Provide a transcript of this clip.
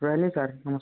ରହିଲି ସାର୍ ନମସ୍କାର